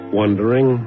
wondering